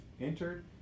entered